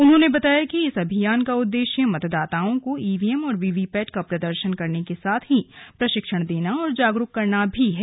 उन्होंने बताया कि इस अभियान का उद्देश्य मंतदाताओं को ईवीएम और वीवीपैट का प्रदर्शन करने के साथ ही प्रशिक्षण देना और जागरूक करना भी है